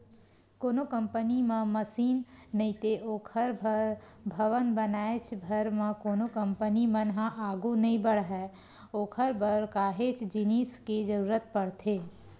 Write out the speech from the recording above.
कोनो कंपनी म मसीन नइते ओखर बर भवन बनाएच भर म कोनो कंपनी मन ह आघू नइ बड़हय ओखर बर काहेच जिनिस के जरुरत पड़थे